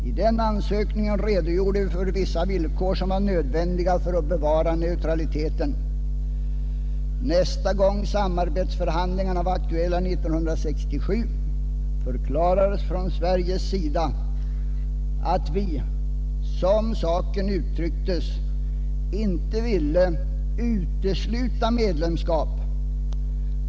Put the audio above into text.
I denna ansökan redogjordes för vissa villkor som var nödvändiga för att bevara vår neutralitet. Nästa gång samarbetsförhandlingarna var aktuella — 1967 — förklarades från Sveriges sida att vi, som saken uttrycktes, ej ville utesluta medlemskap.